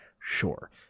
Sure